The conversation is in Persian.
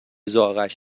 ذائقهاش